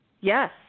Yes